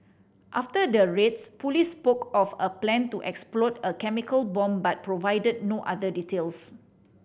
after the raids police spoke of a plan to explode a chemical bomb but provided no other details